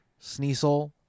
sneasel